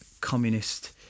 communist